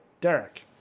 Derek